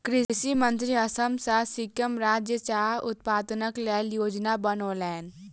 कृषि मंत्री असम आ सिक्किम राज्यक चाह उत्पादनक लेल योजना बनौलैन